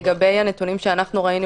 לגבי הנתונים שראינו,